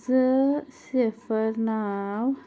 زٕ صِفر نو